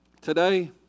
today